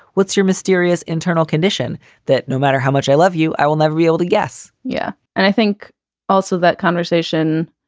what's your mysterious internal condition that no matter how much i love you, i will never be able to guess? yeah, and i think also that conversation.